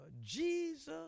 Jesus